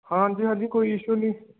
ਹਾਂਜੀ ਹਾਂਜੀ ਕੋਈ ਈਸ਼ੂ ਨਹੀਂ